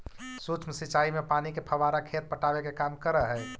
सूक्ष्म सिंचाई में पानी के फव्वारा खेत पटावे के काम करऽ हइ